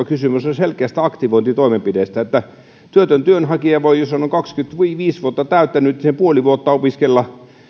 kysymys on selkeästä aktivointitoimenpiteestä varmistaa että työtön työnhakija voi jos on on kaksikymmentäviisi vuotta täyttänyt sen puoli vuotta opiskella